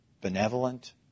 benevolent